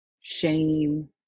shame